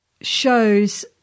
shows